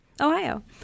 Ohio